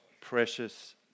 precious